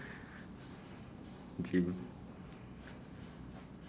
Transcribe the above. gym